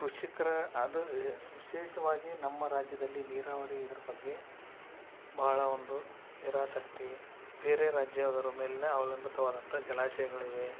ಕೃಷಿಕರ ಆದು ವಿಶೇಷವಾಗಿ ನಮ್ಮ ರಾಜ್ಯದಲ್ಲಿ ನೀರಾವರಿ ಇದ್ರ ಬಗ್ಗೆ ಭಾಳ ಒಂದು ನಿರಾಸಕ್ತಿ ಬೇರೆ ರಾಜ್ಯದವರ ಮೇಲಿನ ಅವಲಂಬಿತವಾದಂಥಾ ಜಲಾಶಯಗಳಿವೆ